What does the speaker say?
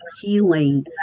healing